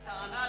הטענה,